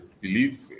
believe